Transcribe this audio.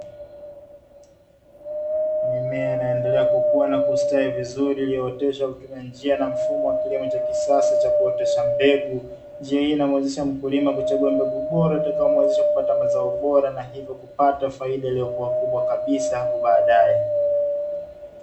Mimea inaendelea kukua na kustawi vizuri ,iliyooteshwa kwa kutumia njia na mfumo wa kilimo cha kisasa cha kuotesha mbegu, njia hii inamuwezesha mkulima kuchagua mbegu bora itakayo muwezesha kupata mazao bora na hivyo kupata faida iliyokua kubwa hapo baadaye.